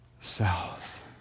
south